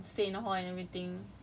what takde